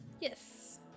Yes